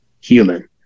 human